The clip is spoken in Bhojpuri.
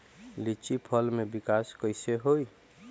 लीची फल में विकास कइसे होई?